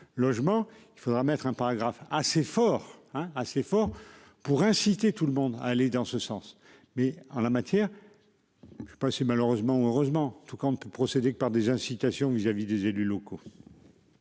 Logement, il faudra mettre un paragraphe assez fort hein assez fort pour inciter tout le monde à aller dans ce sens mais en la matière. Je pas passé malheureusement ou heureusement tout compte procéder que par des incitations vis-à-vis des élus locaux.--